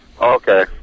Okay